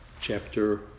chapter